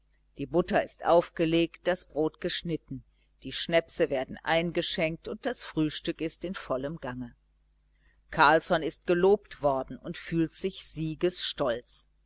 die butter ist aufgelegt das brot geschnitten die schnäpse werden eingeschenkt und das frühstück ist in vollem gange carlsson ist gelobt worden und fühlt sich